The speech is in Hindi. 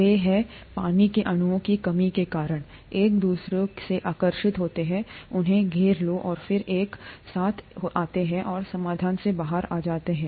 वे हैं वे पानी के अणुओं की कमी के कारण एक दूसरे से आकर्षित होते हैं उन्हें घेर लो और फिर वे एक साथ आते हैं और समाधान से बाहर हो जाते हैं